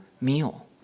meal